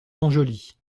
montjoly